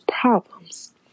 problems